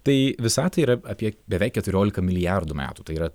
tai visatai yra apie beveik keturioliką milijardų metų tai yra